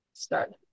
Start